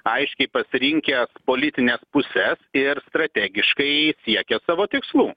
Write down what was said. aiškiai pasirinkęs politines puses ir strategiškai siekia savo tikslų